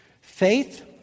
Faith